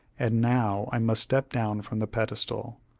and now i must step down from the pedestal.